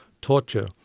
Torture